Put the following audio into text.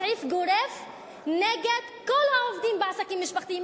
סעיף גורף נגד כל העובדים בעסקים משפחתיים,